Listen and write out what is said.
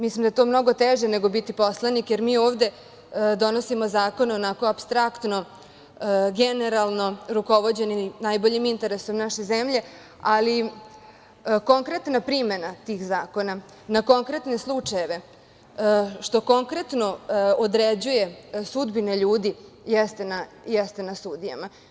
Mislim da je to mnogo teže nego biti poslanik, jer mi ovde donosimo zakone apstraktno, generalno rukovođeni najboljim interesom naše zemlje, ali konkretna primena tih zakona, na konkretne slučajeve, što konkretno određuje sudbine ljudi, jeste na sudijama.